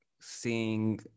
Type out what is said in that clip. seeing